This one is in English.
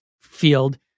field